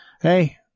hey